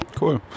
Cool